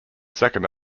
second